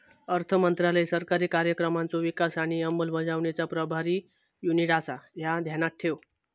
अर्थमंत्रालय सरकारी कार्यक्रमांचो विकास आणि अंमलबजावणीचा प्रभारी युनिट आसा, ह्या ध्यानात ठेव